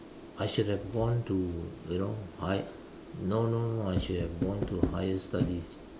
I should have gone to you know high no no no I should have gone to higher studies